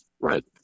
Right